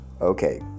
Okay